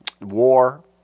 War